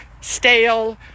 stale